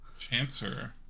chancer